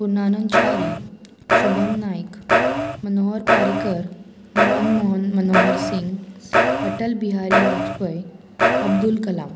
Purnanand Chari Shubham Naik Manohar Parrikar Manmohan Manohar Singh Atal Bihari Vajpayee Abdul Kalam